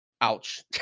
Ouch